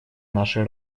нашей